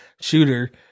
shooter